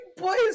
Boys